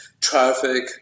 traffic